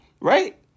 right